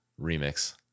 remix